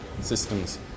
systems